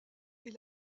est